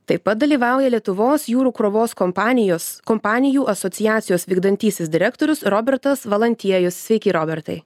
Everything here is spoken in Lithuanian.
taip pat dalyvauja lietuvos jūrų krovos kompanijos kompanijų asociacijos vykdantysis direktorius robertas valantiejus sveiki robertai